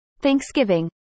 Thanksgiving